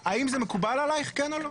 האם זה מקובל עלייך, כן או לא?